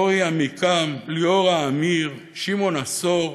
אורי עמיקם, ליאורה עמיר, שמעון עשור.